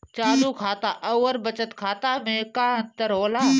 चालू खाता अउर बचत खाता मे का अंतर होला?